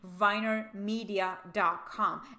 vinermedia.com